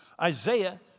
Isaiah